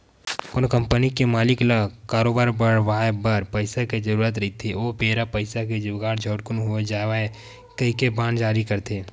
कोनो कंपनी के मालिक ल करोबार बड़हाय बर पइसा के जरुरत रहिथे ओ बेरा पइसा के जुगाड़ झटकून हो जावय कहिके बांड जारी करथे